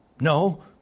no